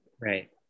Right